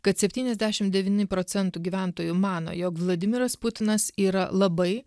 kad septyniasdešim devyni procentų gyventojų mano jog vladimiras putinas yra labai